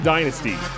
Dynasty